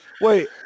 Wait